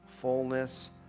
fullness